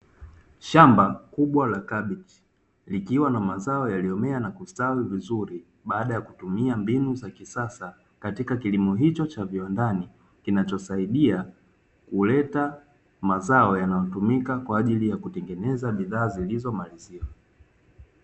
Shamba kubwa la kabichi, likiwa na mazao yaliyomea na kustawi vizuri baada ya kutumia mbinu za kisasa katika kilimo hicho cha viwandani , kinachosaidia kuleta mazao yanayotumika kwa ajili ya kutengeneza bidhaa zilizo maliziwa.